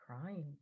crying